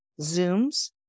Zooms